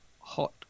hot